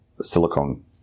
silicone